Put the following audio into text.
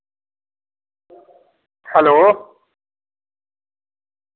hello